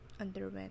underwent